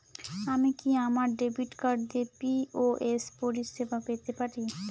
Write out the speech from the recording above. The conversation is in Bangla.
আমি কি আমার ডেবিট কার্ড দিয়ে পি.ও.এস পরিষেবা পেতে পারি?